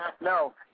no